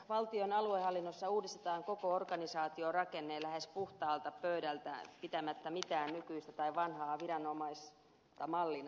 valtion aluehallinnossa uudistetaan koko organisaatiorakenne lähes puhtaalta pöydältä pitämättä mitään nykyistä tai vanhaa viranomaista mallina